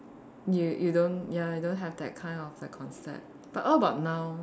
you you don't ya don't have that kind of the concept but what about now